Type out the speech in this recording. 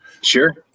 Sure